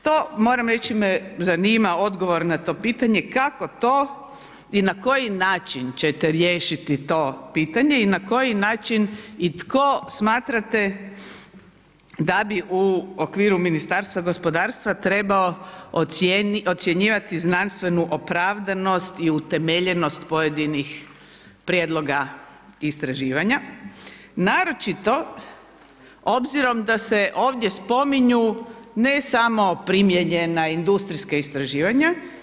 To moram reći me zanima odgovor na to pitanje kako to i na koji način ćete riješiti to pitanje i na koji način i tko smatrate da bi u okviru Ministarstva gospodarstva trebao ocjenjivati znanstvenu opravdanost i utemeljenost pojedinih prijedloga istraživanja naročito obzirom da se ovdje spominju ne samo primijenjena, industrijska istraživanja.